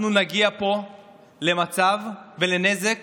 אנחנו נגיע פה למצב ולנזק